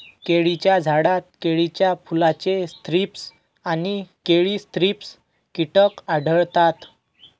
केळीच्या झाडात केळीच्या फुलाचे थ्रीप्स आणि केळी थ्रिप्स कीटक आढळतात